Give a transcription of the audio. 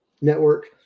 Network